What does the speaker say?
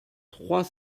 trois